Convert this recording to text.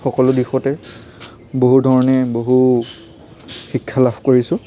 সকলো দিশতে বহু ধৰণে বহু শিক্ষা লাভ কৰিছোঁ